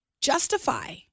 justify